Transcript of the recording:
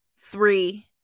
three